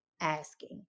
asking